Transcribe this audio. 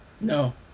No